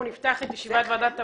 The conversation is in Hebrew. אנחנו נפתח את ישיבת ועדת העבודה,